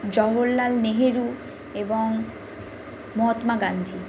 জহরলাল নেহেরু এবং মহাত্মা গান্ধী